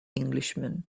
englishman